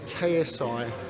KSI